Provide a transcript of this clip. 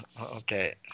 okay